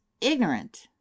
ignorant